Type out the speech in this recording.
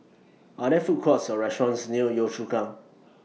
Are There Food Courts Or restaurants near Yio Chu Kang